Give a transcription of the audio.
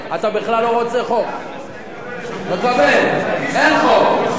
אבל אין ערר.